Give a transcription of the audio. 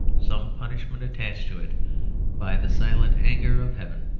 some punishment attached to it by the silent anger of heaven.